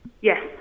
Yes